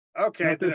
Okay